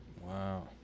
Wow